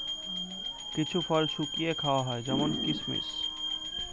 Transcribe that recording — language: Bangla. কিছু ফল শুকিয়ে খাওয়া হয় যেমন কিসমিস